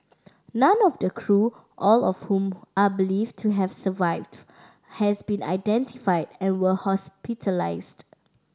none of the crew all of whom are believed to have survived has been identified and were hospitalised